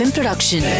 Production